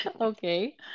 okay